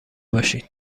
باشید